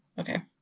Okay